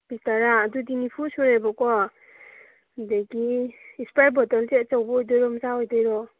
piece ꯇꯔꯥ ꯑꯗꯨꯗꯤ ꯅꯤꯐꯨ ꯁꯨꯔꯦꯕꯀꯣ ꯑꯗꯒꯤ ꯏꯁꯄꯔꯥꯏꯠ ꯕꯣꯇꯜꯁꯦ ꯑꯆꯧꯕ ꯑꯣꯏꯗꯣꯏꯔꯣ ꯃꯆꯥ ꯑꯣꯏꯗꯣꯏꯔꯣ